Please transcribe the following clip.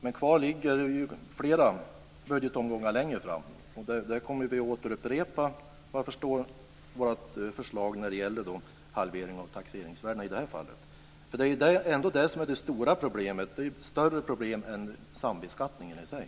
Men kvar har vi flera budgetomgångar längre fram. Där kommer vi att upprepa vårt förslag om halvering av taxeringsvärdena i det här fallet. Det är ändå det som är det stora problemet, det är ett större problem än sambeskattningen i sig.